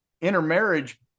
intermarriage